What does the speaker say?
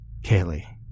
Kaylee